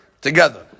together